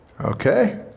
okay